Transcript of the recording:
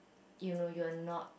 you know you are not